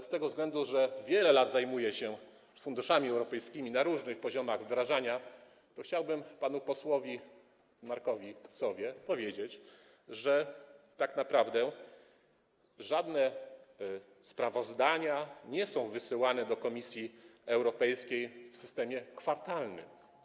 Z tego względu, że wiele lat zajmuję się funduszami europejskimi na różnych poziomach wdrażania, chciałbym panu posłowi Markowi Sowie powiedzieć, że tak naprawdę żadne sprawozdania nie są wysyłane do Komisji Europejskiej w systemie kwartalnym.